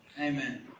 Amen